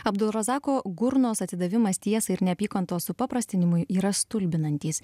abdorozako gurnos atsidavimas tiesai ir neapykantos supaprastinimui yra stulbinantys